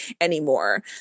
anymore